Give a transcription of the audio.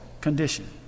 condition